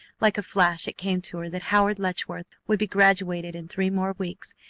like a flash it came to her that howard letchworth would be graduated in three more weeks,